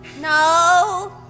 No